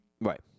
Right